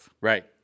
Right